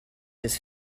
his